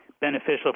beneficial